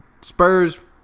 Spurs